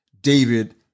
David